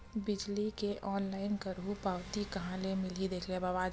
बिजली के ऑनलाइन करहु पावती कहां ले मिलही?